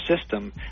system